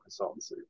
consultancy